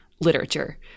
literature